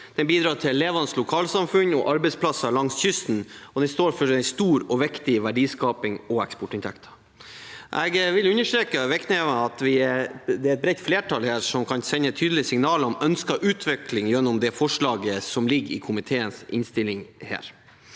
Den bidrar til levende lokalsamfunn og arbeidsplasser langs kysten, og den står for stor og viktig verdiskaping og eksportinntekter. Jeg vil understreke viktigheten av at det er et bredt flertall som kan sende tydelige signaler om ønsket utvikling gjennom tilrådingen i komiteens innstilling.